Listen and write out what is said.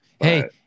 Hey